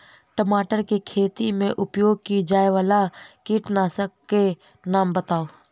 टमाटर केँ खेती मे उपयोग की जायवला कीटनासक कऽ नाम बताऊ?